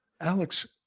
Alex